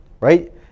right